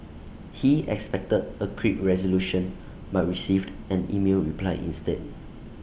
he expected A quick resolution but received an email reply instead